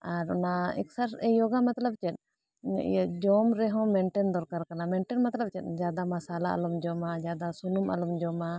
ᱟᱨ ᱚᱱᱟ ᱮᱠᱥᱟᱨ ᱭᱳᱜᱟ ᱢᱚᱛᱞᱚᱵ ᱪᱮᱫ ᱤᱭᱟᱹ ᱡᱚᱢ ᱨᱮᱦᱚᱸ ᱢᱮᱱᱴᱮᱱ ᱫᱚᱨᱠᱟᱨ ᱠᱟᱱᱟ ᱢᱮᱱᱴᱮᱱ ᱢᱚᱛᱞᱚᱵᱽ ᱪᱮᱫ ᱡᱟᱫᱟ ᱢᱚᱥᱚᱞᱟ ᱟᱞᱚᱢ ᱡᱚᱢᱟ ᱡᱟᱫᱟ ᱥᱩᱱᱩᱢ ᱟᱞᱚᱢ ᱡᱚᱢᱟ